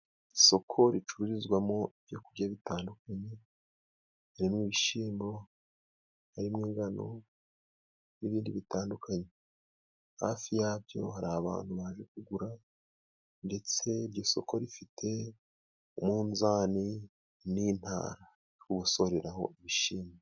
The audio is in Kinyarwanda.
Isoko ricururizwamo ibyo kurya bitandukanye haririmo: ibishimbo, harimo ingano, n'ibindi bitandukanye. Hafi yabyo hari abantu baje kugura ndetse iryo soko rifite umunzani nintara bagosoreraho ibishyimbo.